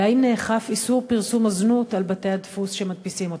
4. האם נאכף איסור פרסום הזנות על בתי-הדפוס שמדפיסים אותם?